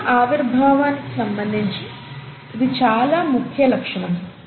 జీవ ఆవిర్భావం సంబంధించి ఇది చాలా ముఖ్య లక్షణము